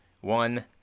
one